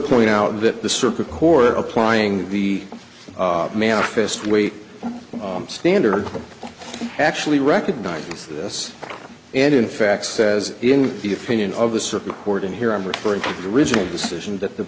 point out that the circuit core applying the manifest weight standard actually recognized this and in fact says in the opinion of the supreme court and here i'm referring to the original decision that the